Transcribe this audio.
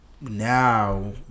now